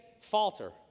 falter